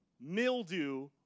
mildew